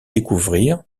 découvrir